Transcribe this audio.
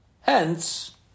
Hence